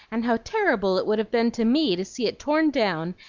and how terrible it would have been to me to see it torn down,